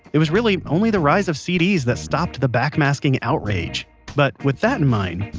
it was really only the rise of cds that stopped the backmasking outrage but with that in mind,